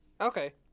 Okay